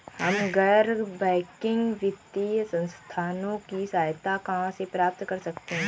हम गैर बैंकिंग वित्तीय संस्थानों की सहायता कहाँ से प्राप्त कर सकते हैं?